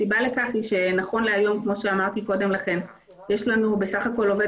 הסיבה לכך - נכון להיום יש לנו בסך הכול עובד